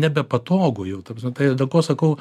nebepatogu jau ta prasme tai dėl ko sakau